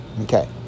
okay